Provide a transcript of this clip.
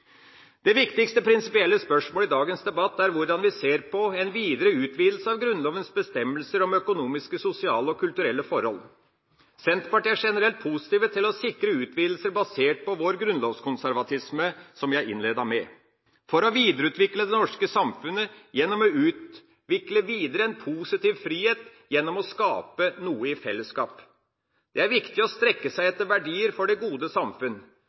Det viktigste prinsipielle spørsmålet i dagens debatt er hvordan vi ser på en videre utvidelse av Grunnlovens bestemmelser om økonomiske, sosiale og kulturelle forhold. Basert på vår grunnlovskonservatisme, som jeg innledet med, er Senterpartiet generelt positive til å sikre slike utvidelser for å videreutvikle det norske samfunnet ved å videreutvikle en positiv frihet gjennom å skape noe i fellesskap. Det er viktig å strekke seg etter verdier for det gode samfunn.